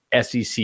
SEC